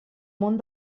món